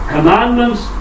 Commandments